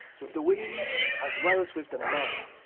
with the women as well as with the men,